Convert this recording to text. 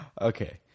Okay